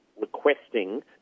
requesting